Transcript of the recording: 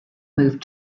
moved